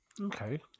Okay